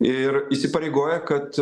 ir įsipareigoja kad